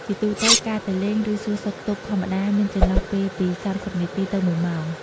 ជាទូទៅ ការទៅលេង ឬ សួរសុខទុក្ខធម្មតា មានចន្លោះពេលពី ៣០នាទី ទៅ ១ម៉ោង។